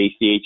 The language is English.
ACH